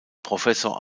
professor